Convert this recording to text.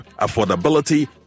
affordability